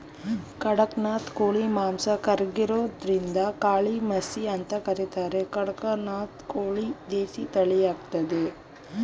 ಖಡಕ್ನಾಥ್ ಕೋಳಿ ಮಾಂಸ ಕರ್ರಗಿರೋದ್ರಿಂದಕಾಳಿಮಸಿ ಅಂತ ಕರೀತಾರೆ ಕಡಕ್ನಾಥ್ ಕೋಳಿ ದೇಸಿ ತಳಿಯಾಗಯ್ತೆ